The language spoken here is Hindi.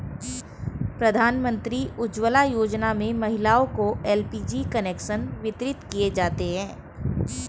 प्रधानमंत्री उज्ज्वला योजना में महिलाओं को एल.पी.जी कनेक्शन वितरित किये जाते है